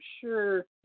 sure